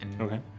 Okay